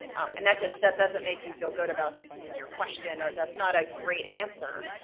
and that that doesn't make you feel good about your question, or that's not a great answer.